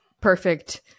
perfect